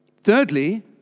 Thirdly